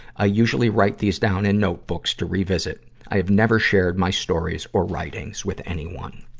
ah usually write these down in notebooks to revisit. i have never shared my stories or writings with anyone.